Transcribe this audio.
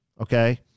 okay